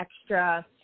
extra